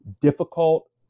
difficult